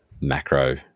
macro